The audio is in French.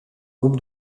groupe